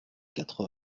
quatre